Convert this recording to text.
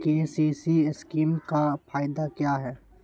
KCC scheme का फायदा क्या है?